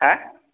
हाह